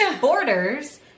borders